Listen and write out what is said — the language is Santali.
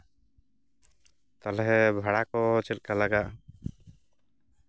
ᱛᱟᱞᱦᱮ ᱵᱷᱟᱲᱟ ᱠᱚ ᱪᱮᱫᱞᱮᱠᱟ ᱞᱟᱜᱟᱜᱼᱟ